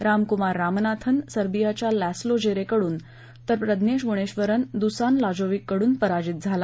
रामकुमार रामनाथन सर्बियाच्या Laslo Djere कडून तर प्रज्ञेश गुणेक्षरन दुसान लाजोविक कडून पराजित झाला